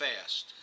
fast